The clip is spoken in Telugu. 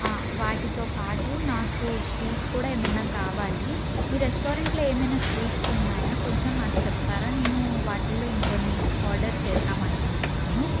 వాటితో పాటు నాకు స్వీట్ కూడా ఏమైనా కావాలి మీ రెస్టారెంట్లో ఏమైనా స్వీట్ ఉన్నాయా కొంచెం నాకు చెప్తారా నేను వాటిల్లో ఇంకొన్ని ఆర్డర్ చేద్దాం అనుకుంటున్నాను